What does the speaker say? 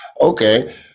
Okay